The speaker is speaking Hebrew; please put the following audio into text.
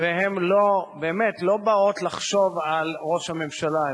והן באמת לא באות לחשוב על ראש הממשלה,